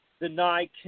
deny